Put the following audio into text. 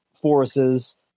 forces